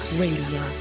radio